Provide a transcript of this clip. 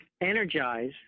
energize